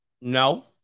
No